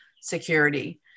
security